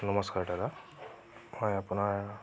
নমষ্কাৰ দাদা হয় আপোনাৰ